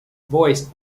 voiced